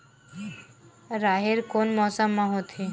राहेर कोन मौसम मा होथे?